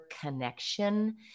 connection